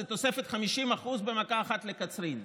זה תוספת של 50% במכה אחת לקצרין.